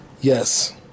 Yes